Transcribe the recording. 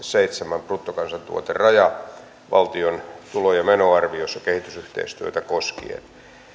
seitsemän bruttokansantuoteraja valtion tulo ja menoarviossa kehitysyhteistyötä koskien